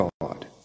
God